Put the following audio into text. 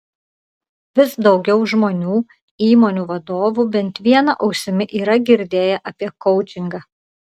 vis daugiau žmonių įmonių vadovų bent viena ausimi yra girdėję apie koučingą